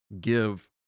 give